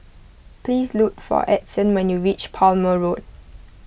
please look for Edson when you reach Palmer Road